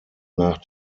nach